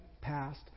passed